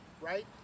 right